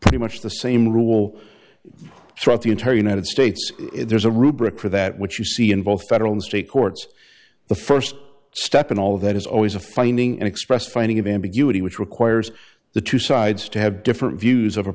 pretty much the same rule throughout the entire united states there's a rubric for that which you see in both federal and state courts the st step in all of that is always a finding an expressed finding of ambiguity which requires the two sides to have different views of a